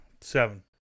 Seven